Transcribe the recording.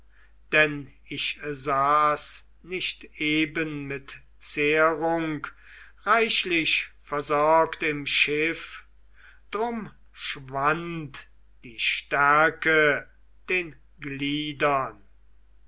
denn ich saß nicht eben mit zehrung reichlich versorgt im schiff drum schwand die stärke den gliedern